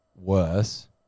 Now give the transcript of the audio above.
worse